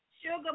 Sugar